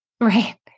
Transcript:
Right